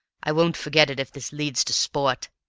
i won't forget it if this leads to sport.